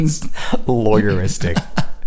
Lawyeristic